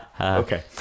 Okay